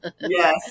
Yes